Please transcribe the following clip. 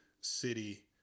city